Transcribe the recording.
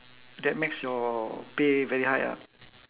that makes your pay very high ah